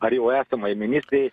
ar jau esamai ministrei